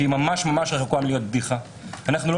שהיא ממש ממש רחוקה מלהיות בדיחה אנחנו לא